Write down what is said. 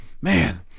man